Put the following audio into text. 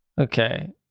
Okay